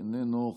איננו.